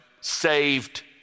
saved